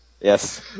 Yes